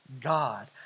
God